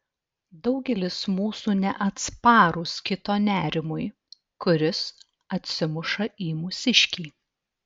daugelis mūsų neatsparūs kito nerimui kuris atsimuša į mūsiškį